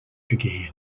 again